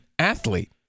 athlete